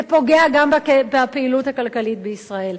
זה פוגע גם בפעילות הכלכלית בישראל.